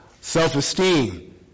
Self-esteem